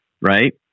Right